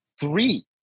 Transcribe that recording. Three